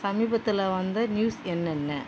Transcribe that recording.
சமீபத்தில் வந்த நியூஸ் என்னென்ன